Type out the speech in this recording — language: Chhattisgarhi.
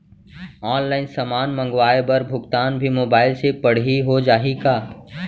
ऑनलाइन समान मंगवाय बर भुगतान भी मोबाइल से पड़ही हो जाही का?